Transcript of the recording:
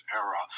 era